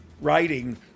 writing